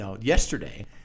yesterday